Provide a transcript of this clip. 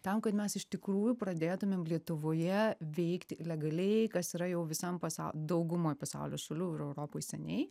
tam kad mes iš tikrųjų pradėtumėm lietuvoje veikti legaliai kas yra jau visam pasau daugumoj pasaulio šalių ir europoj seniai